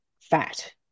fat